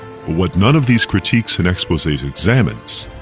what none of these critiques and exposes examines,